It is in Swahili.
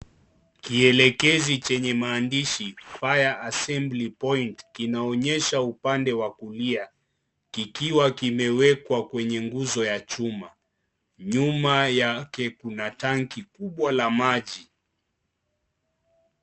Kielekezi chenye maandishi fire assembly point kinaonyesha upande wa kulia kikiwa kimewekwa kwenye nguzo ya chuma nyuma yake kuna tanki kubwa la maji.